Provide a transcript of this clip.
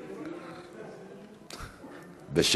אורן חזן, בבקשה.